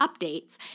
updates